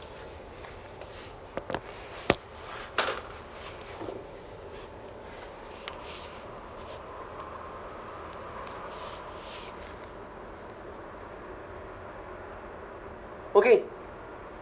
okay